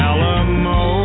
Alamo